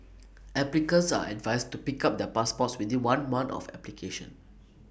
applicants are advised to pick up their passports within one month of application